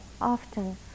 often